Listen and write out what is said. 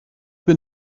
been